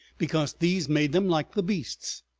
because these made them like the beasts.